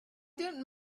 don’t